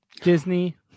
Disney